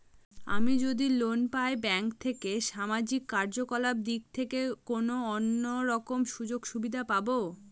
আমি যদি লোন পাই ব্যাংক থেকে সামাজিক কার্যকলাপ দিক থেকে কোনো অন্য রকম সুযোগ সুবিধা পাবো?